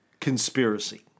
conspiracy